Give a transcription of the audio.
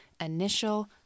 initial